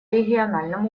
региональном